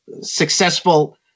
successful